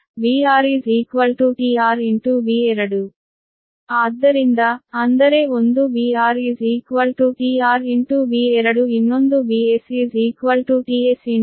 ಆದ್ದರಿಂದ ಅಂದರೆ ಒಂದು VRtRV2 ಇನ್ನೊಂದು VStSV1